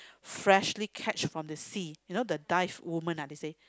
freshly catch from the sea you know the dive women ah they say